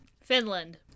Finland